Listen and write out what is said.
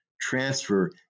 transfer